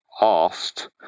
asked